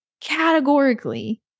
categorically